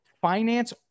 finance